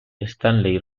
stanley